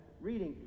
reading